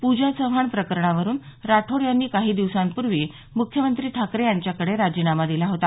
पूजा चव्हाण प्रकरणावरून राठोड यांनी काही दिवसांपूर्वी मुख्यमंत्री ठाकरे यांच्याकडे राजीनामा दिला होता